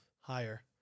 Higher